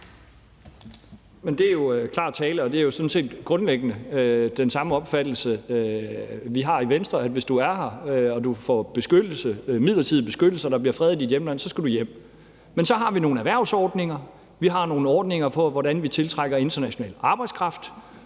Det er jo klar tale, og det er jo sådan set grundlæggende den samme opfattelse, vi har i Venstre, nemlig at hvis du er her og får midlertidig beskyttelse og der bliver fred i dit hjemland, så skal du hjem. Men så har vi nogle erhvervsordninger. Vi har nogle ordninger om, hvordan vi tiltrækker international arbejdskraft,